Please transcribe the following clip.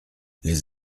les